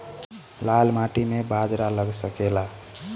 लाल माटी मे बाजरा लग सकेला?